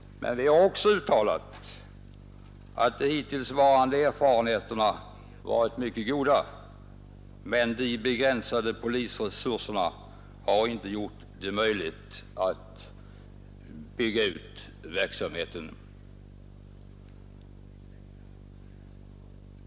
Vi har också uttalat att de hittillsvarande erfarenheterna varit mycket goda, men de begränsade polisresurserna har inte gjort det möjligt att bygga ut verksamheten.